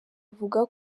avuga